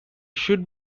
should